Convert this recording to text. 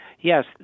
Yes